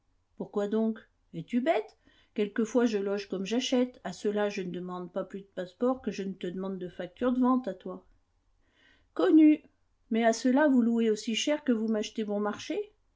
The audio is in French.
pourquoi donc es-tu bête quelquefois je loge comme j'achète à ceux-là je ne demande pas plus de passeport que je ne te demande de facture de vente à toi connu mais à ceux-là vous louez aussi cher que vous m'achetez bon marché